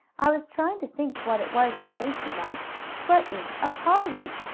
i was trying to think what it was they tasted like but it's a party!